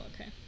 okay